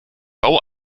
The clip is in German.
bau